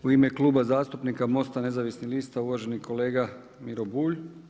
U ime Kluba zastupnika MOST-a nezavisnih lista uvaženi kolega Miro Bulj.